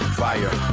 fire